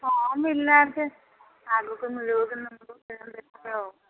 ହଁ ମିଳି ନାହାନ୍ତି ଆଗକୁ ମିଳିବ କି ନମିଳିବ ଦେଖିଆ ଆଉ